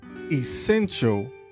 essential